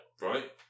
Right